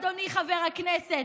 אדוני חבר הכנסת.